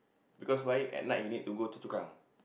because why at night you need to go to Chu Kang